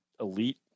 elite